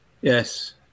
Yes